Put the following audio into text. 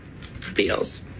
Feels